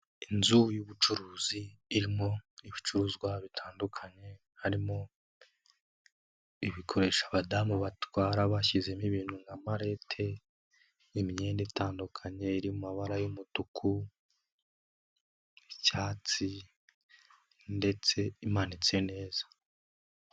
Inzu y'ubucuruzi irimo ibicuruzwa bitandukanye, harimo ibikoresho abadamu batwara bashyizemo ibintu nka maleti, imyenda itandukanye iri mu mabara y'umutuku, icyatsi ndetse imanitse neza.